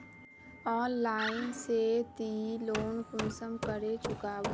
Online से ती loan कुंसम करे चुकाबो?